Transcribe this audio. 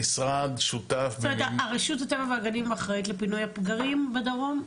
המשרד שותף --- רשות הטבע והגנים אחראית לפינוי הפגרים בדרום?